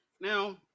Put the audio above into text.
Now